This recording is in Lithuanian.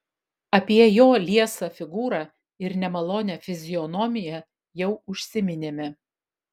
apie jo liesą figūrą ir nemalonią fizionomiją jau užsiminėme